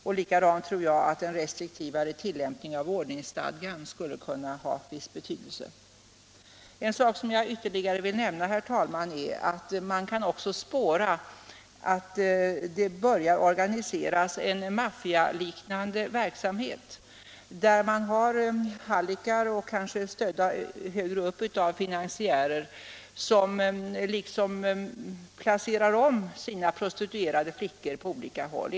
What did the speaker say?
En mera restriktiv tillämpning av ordningsstadgan skulle också ha en viss betydelse. Ytterligare en sak som jag vill nämna är att man också kan spåra att en maffialiknande verksamhet börjar organiseras. Det finns hallickar, kanske stödda av finansiärer högre upp, som placerar om sina prostituerade flickor på olika håll.